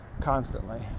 constantly